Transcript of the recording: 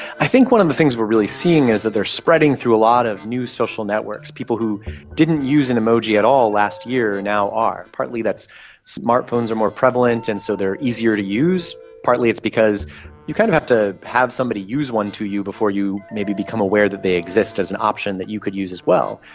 i think one of the things we are really seeing is they are spreading through a lot of new social networks. people who didn't use an emoji at all last year now are. partly that's smart phones are more prevalent and so they are easier to use, partly it's because you kind of have to have somebody use one to you before you maybe become aware that they exist as an option that you could use as well,